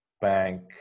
bank